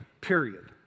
Period